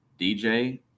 DJ